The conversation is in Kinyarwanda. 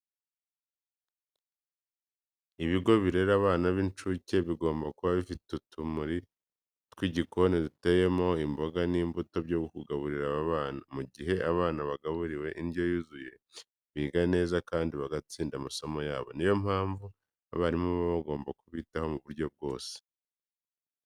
Ibigo birera abana b'incuke bigomba kuba bifite uturima tw'igikoni duteyemo imboga n'imbuto byo kugaburira aba bana. Mu gihe abana bagaburiwe indyo yuzuye, biga neza kandi bagatsinda amasomo yabo. Niyo mpamvu abarimu baba bagomba kubitaho mu buryo bwose.